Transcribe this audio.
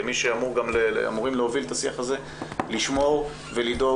כמי שאמור להוביל את השיח הזה לשמור ולדאוג